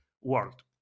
world